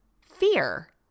fear